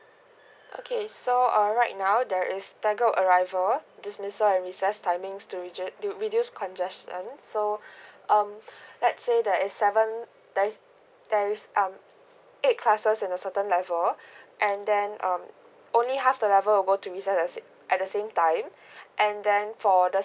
okay so err right now there is staggered arrival dismissal and recess timings to rigid to reduce congestion so um let's say there is seven there is there is um eight classes in a certain level and then um only half the level will go to recess at the same time and then for the